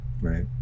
Right